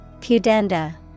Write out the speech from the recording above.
Pudenda